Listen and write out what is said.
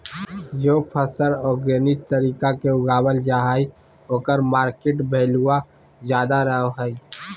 जे फसल ऑर्गेनिक तरीका से उगावल जा हइ ओकर मार्केट वैल्यूआ ज्यादा रहो हइ